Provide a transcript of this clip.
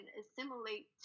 assimilate